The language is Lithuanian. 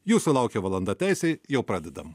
jūsų laukia valanda teisei jau pradedam